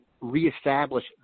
reestablish